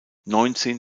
neunzehn